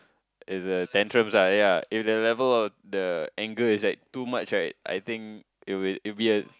is the tantrum are yea if the level of the anger is like too much right I think it will it'll be a